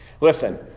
Listen